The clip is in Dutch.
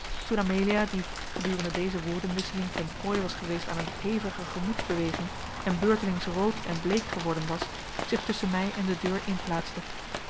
toen amelia die gedurende deze woordenwisseling ten prooi was geweest aan eene hevige gemoedsbeweging en beurtelings rood en bleek geworden was zich tusschen mij en de deur in plaatste